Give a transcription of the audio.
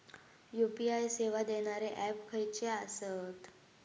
UPI सेवा देणारे app खयचे आसत?